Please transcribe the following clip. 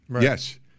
Yes